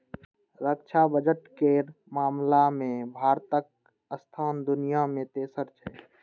रक्षा बजट केर मामला मे भारतक स्थान दुनिया मे तेसर छै